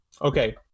Okay